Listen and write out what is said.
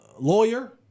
lawyer